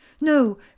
No